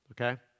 okay